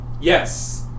Yes